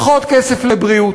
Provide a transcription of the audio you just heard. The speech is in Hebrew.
פחות כסף לבריאות,